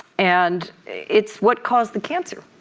and it's what caused the cancer.